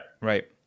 right